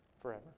forever